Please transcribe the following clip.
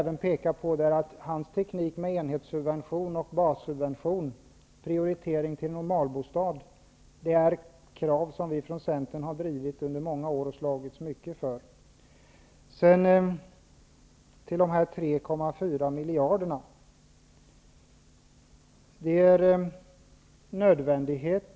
När det gäller hans teknik med enhetssubvention, bassubvention och prioritering till normalbostad vill jag påpeka att det rör sig om krav som vi i Centern under många år har drivit och slagits mycket för. Indragningarna om 3,4 miljarder är en nödvändighet.